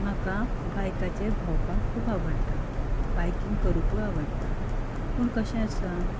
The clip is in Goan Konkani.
म्हाका बायकाचेर भोंवपाक खूब आवडटा बायकींक करुंक आवडटा पूण कशें आसा